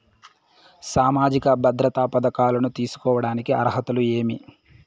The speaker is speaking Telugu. సామాజిక భద్రత పథకాలను తీసుకోడానికి అర్హతలు ఏమి?